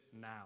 now